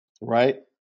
right